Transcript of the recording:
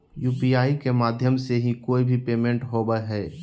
UPI के माध्यम से ही कोय भी पेमेंट होबय हय